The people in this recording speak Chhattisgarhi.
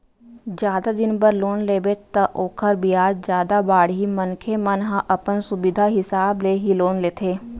जादा दिन बर लोन लेबे त ओखर बियाज जादा बाड़ही मनखे मन ह अपन सुबिधा हिसाब ले ही लोन लेथे